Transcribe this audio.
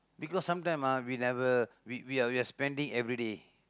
because sometime ah we never we we we are spending everyday